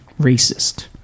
racist